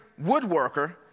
woodworker